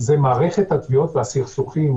מערכת התביעות והסכסוכים,